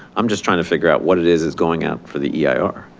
i'm just trying to figure out what it is is going out for the yeah ah eir.